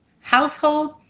household